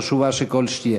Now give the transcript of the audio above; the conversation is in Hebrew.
חשובה ככל שתהיה.